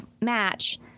match